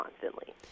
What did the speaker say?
constantly